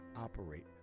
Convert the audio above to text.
operate